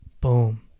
boom